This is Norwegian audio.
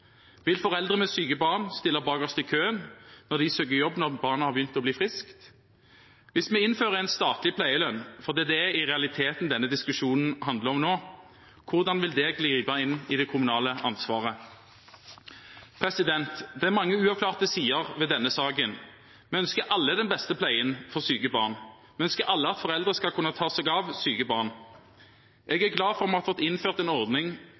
Vil foreldre med syke barn stille bakerst i køen når de søker jobb når barnet har begynt å bli friskt? Hvis vi innfører en statlig pleielønn – for det er det denne diskusjonen i realiteten handler om nå – hvordan vil det gripe inn i det kommunale ansvaret? Det er mange uavklarte sider ved denne saken. Vi ønsker alle den beste pleien for syke barn, vi ønsker alle at foreldre skal kunne ta seg av syke barn. Jeg er glad for at vi har fått innført en ordning